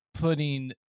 putting